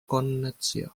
connexió